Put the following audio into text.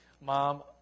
Mom